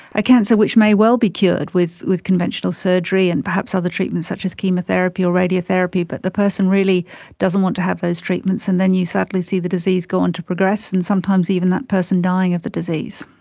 a cancer which may well be cured with with conventional surgery and perhaps other treatments such as chemotherapy or radiotherapy, but the person really doesn't want to have those treatments and then you sadly see the disease go on to progress and sometimes even that person dying of the disease.